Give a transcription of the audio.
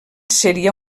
seria